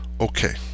okay